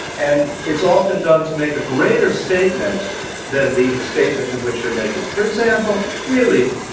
and it's often done to make a greater statement than the statement in which you're making. for example, really,